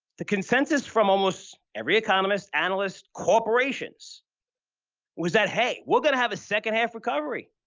the consensus from almost every economist, analyst, corporations was that, hey, we're going to have a second half recovery.